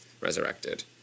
resurrected